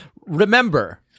Remember